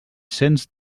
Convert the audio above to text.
cents